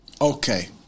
Okay